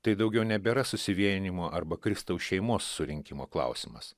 tai daugiau nebėra susivienijimo arba kristaus šeimos surinkimo klausimas